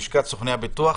לשכת סוכני הביטוח.